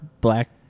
black